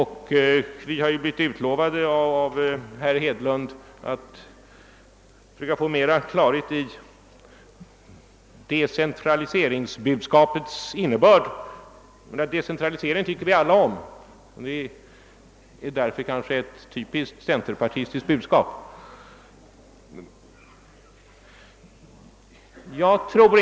Herr Hedlund har lovat att vi skall få större klarhet i decentraliseringsbudskapets innebörd. Decentralisering är någonting som vi alla tycker om. Detta är därför ett typiskt centerpartistiskt budskap.